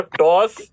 toss